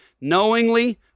knowingly